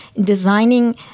designing